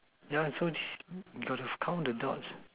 yeah so this you got to count the dots